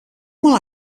mal